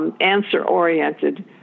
answer-oriented